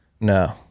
No